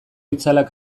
itzalak